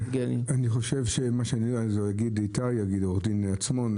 אני חושב שמה שנראה לי שיגיד עורך הדין עצמון,